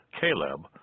Caleb